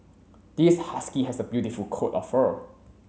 this husky has a beautiful coat of fur